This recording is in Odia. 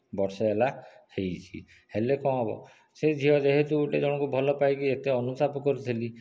ବର୍ଷେ ହେଲା ହେଇଛି ହେଲେ କଣ ହବ ସେ ଝିଅ ଯେହେତୁ ଗୋଟିଏ ଜଣକୁ ଭଲ ପାଇକି ଏତେ ଅନୁତାପ କରୁଥିଲି